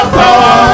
power